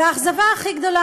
והאכזבה הכי גדולה,